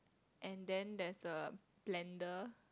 and then there's a blender